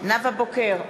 נאוה בוקר,